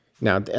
Now